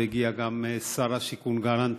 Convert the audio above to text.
והגיע גם שר השיכון גלנט,